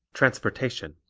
transportation